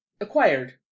acquired